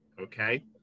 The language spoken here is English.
Okay